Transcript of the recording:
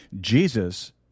Jesus